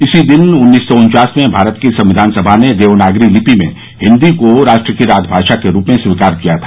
इसी दिन उन्नीस सौ उन्चास में भारत की संविधान सभा ने देवनागरी लिपि में हिन्दी को राष्ट्र की राजभाषा के रूप में स्वीकार किया था